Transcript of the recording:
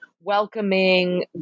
welcoming